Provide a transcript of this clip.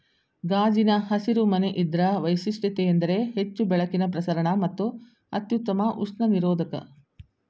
ಗಾಜಿನ ಹಸಿರು ಮನೆ ಇದ್ರ ವೈಶಿಷ್ಟ್ಯತೆಯೆಂದರೆ ಹೆಚ್ಚು ಬೆಳಕಿನ ಪ್ರಸರಣ ಮತ್ತು ಅತ್ಯುತ್ತಮ ಉಷ್ಣ ನಿರೋಧಕ